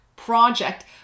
project